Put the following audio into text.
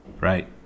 right